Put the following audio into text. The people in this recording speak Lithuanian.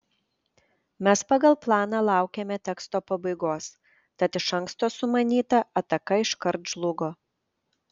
mes pagal planą laukėme teksto pabaigos tad iš anksto sumanyta ataka iškart žlugo